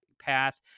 path